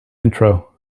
intro